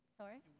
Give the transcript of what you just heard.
Sorry